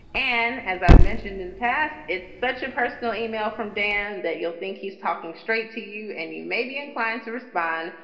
and as i've mentioned in past, it's such a personal email from dan that you'll think he's talking straight to you. and you may be inclined to respond,